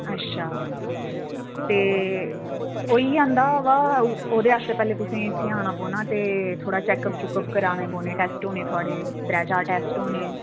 अच्छा ते होई जंदा ओह्दा ओह्दे आस्तै पैह्ले तु'सें गी इत्थै औना पौना ते थोह्ड़ा चैक्क अप्प चैक्क उप्प कराने पौने टैस्ट होने थोआड़े त्रै चार टैस्ट होने